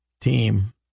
team